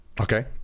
Okay